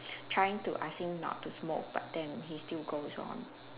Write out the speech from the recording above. trying to ask him not to smoke but then he still goes on